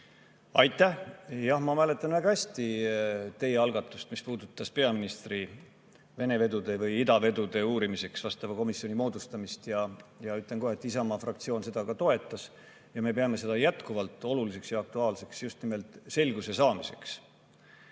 Aitäh! Jah, ma mäletan väga hästi teie algatust, mis puudutas peaministri Vene-vedude või idavedude uurimiseks vastava komisjoni moodustamist. Ja ütlen kohe, et Isamaa fraktsioon seda toetas ja me peame seda jätkuvalt oluliseks ja aktuaalseks just nimelt selguse saamiseks.